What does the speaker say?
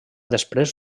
després